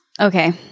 Okay